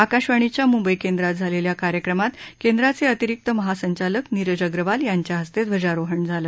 आकाशवाणीच्या मुंबई केंद्रात झालेल्या कार्यक्रमात केंद्राचे अतिरिक्त महासंचालक नीरज अग्रवाल यांच्या हस्ते ध्वजारोहण झालं